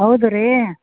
ಹೌದು ರೀ